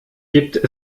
gibt